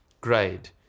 grade